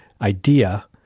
idea